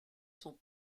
sont